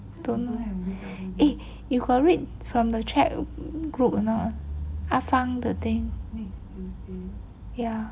don't know eh you got read from the chat group or not ah fang the thing ya